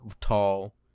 tall